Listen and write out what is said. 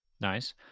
Nice